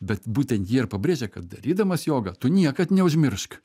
bet būtent jie ir pabrėžia kad darydamas jogą tu niekad neužmiršk